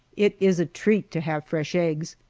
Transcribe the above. it is a treat to have fresh eggs,